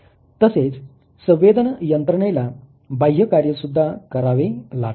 तसेच संवेदन यंत्रणेला बाह्य कार्यसुद्धा करावे लागतात